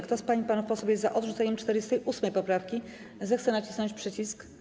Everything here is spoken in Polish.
Kto z pań i panów posłów jest za odrzuceniem 48. poprawki, zechce nacisnąć przycisk.